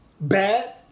Bad